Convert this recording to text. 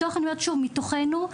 מתוכנו.